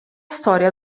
storia